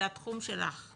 זה התחום שלך.